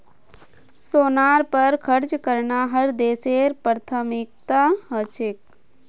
सेनार पर खर्च करना हर देशेर प्राथमिकता ह छेक